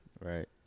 Right